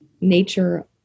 nature